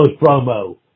promo